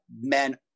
men